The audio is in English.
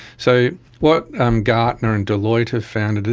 so what um gartner and deloitte have found,